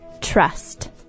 trust